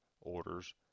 orders